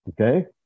Okay